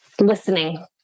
listening